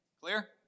Clear